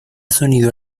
sonido